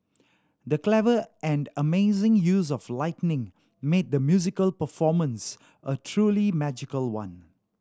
the clever and amazing use of lighting made the musical performance a truly magical one